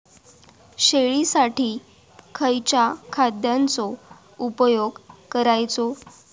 शेळीसाठी खयच्या खाद्यांचो उपयोग करायचो?